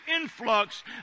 influx